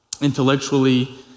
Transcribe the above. intellectually